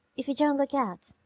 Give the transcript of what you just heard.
if you don't look out.